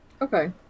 Okay